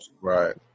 Right